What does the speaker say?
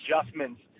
adjustments